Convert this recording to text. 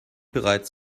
bereits